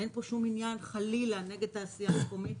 אין פה שום עניין חלילה נגד תעשייה מקומית,